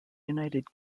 united